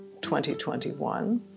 2021